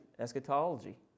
eschatology